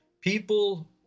people